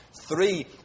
Three